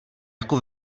jako